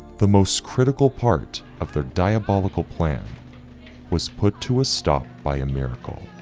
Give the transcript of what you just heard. the most critical part of their diabolical plan was put to a stop by a miracle